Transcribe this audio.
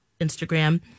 Instagram